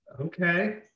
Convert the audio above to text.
Okay